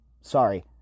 Sorry